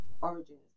origins